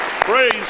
Praise